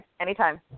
Anytime